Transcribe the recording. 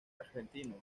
argentino